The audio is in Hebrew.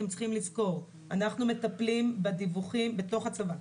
אתם צריכים לזכור שאנחנו מטפלים בדיווחים בתוך הצבא,